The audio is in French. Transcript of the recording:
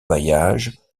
bailliage